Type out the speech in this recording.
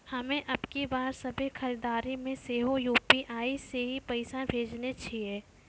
हम्मे अबकी बार सभ्भे खरीदारी मे सेहो यू.पी.आई से ही पैसा भेजने छियै